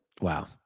Wow